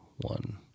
One